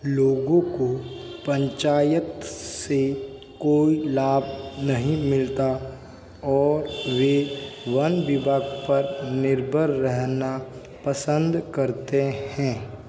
लोगों को पंचायत से कोई लाभ नहीं मिलता और वे वन विभाग पर निर्भर रहना पसंद करते हैं